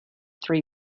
three